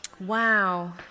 Wow